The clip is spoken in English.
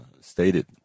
stated